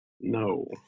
no